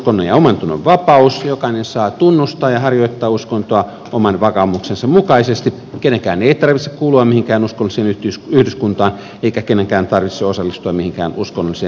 jokainen saa tunnustaa ja harjoittaa uskontoa oman vakaumuksensa mukaisesti kenenkään ei tarvitse kuulua mihinkään uskonnolliseen yhdyskuntaan eikä kenenkään tarvitse osallistua mihinkään uskonnolliseen tilaisuuteen